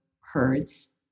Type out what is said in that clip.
herds